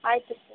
ಆಯಿತು ಸರ್